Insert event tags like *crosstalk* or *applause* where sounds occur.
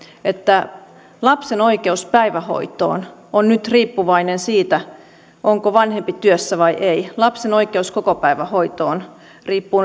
että lapsen oikeus päivähoitoon on nyt riippuvainen siitä onko vanhempi työssä vai ei lapsen oikeus kokopäivähoitoon riippuu *unintelligible*